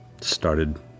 started